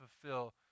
fulfill